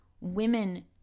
women